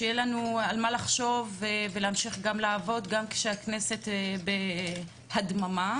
שיהיה לנו על מה לחשוב ולהמשיך לעבוד גם בתקופה זו.